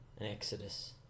Exodus